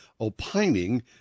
opining